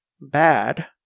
bad